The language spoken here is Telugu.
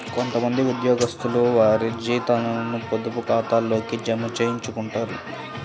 కొంత మంది ఉద్యోగస్తులు వారి జీతాలను పొదుపు ఖాతాల్లోకే జమ చేయించుకుంటారు